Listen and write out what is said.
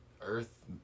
earth